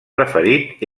preferit